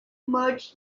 merge